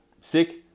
sick